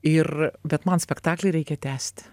ir bet man spektaklį reikia tęsti